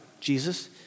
Jesus